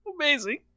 Amazing